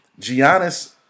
Giannis